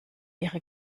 ihre